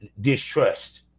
distrust